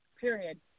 period